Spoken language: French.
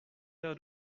verre